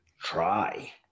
try